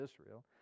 Israel